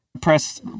press